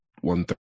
One